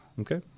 Okay